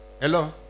hello